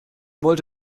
wollte